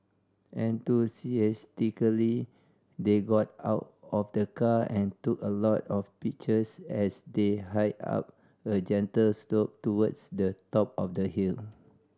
enthusiastically they got out of the car and took a lot of pictures as they hiked up a gentle slope towards the top of the hill